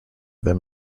them